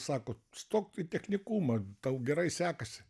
sako stok į technikumą tau gerai sekasi